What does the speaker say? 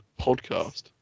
podcast